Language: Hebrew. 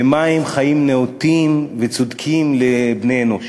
ומה הם חיים נאותים וצודקים לבני-אנוש.